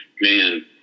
Man